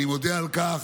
אני מודה על כך.